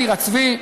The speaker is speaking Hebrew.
טירת-צבי,